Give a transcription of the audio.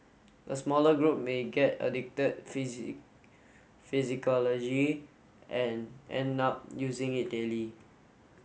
a smaller group may get addicted and end up using it daily